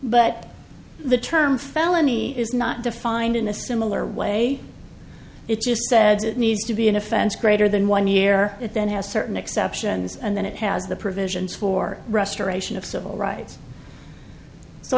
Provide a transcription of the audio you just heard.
but the term felony is not defined in a similar way it's just said it needs to be an offense greater than one year it then has certain exceptions and then it has the provisions for restoration of civil rights so